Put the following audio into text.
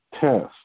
Test